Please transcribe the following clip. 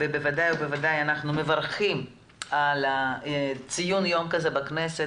ובוודאי ובוודאי אנחנו מברכים על ציון היום הזה בכנסת,